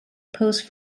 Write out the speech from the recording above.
pose